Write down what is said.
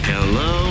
Hello